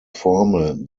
formel